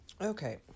Okay